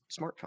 smartphone